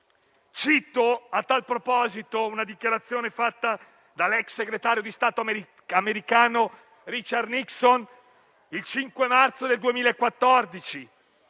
Cito, a tal proposito, una dichiarazione fatta dall'ex segretario di Stato americano Richard Nixon il 5 marzo del 2014,